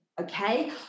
okay